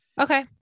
Okay